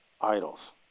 idols